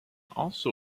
also